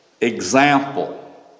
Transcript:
example